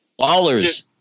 Ballers